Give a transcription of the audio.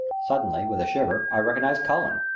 suddenly, with a shiver, i recognized cullen,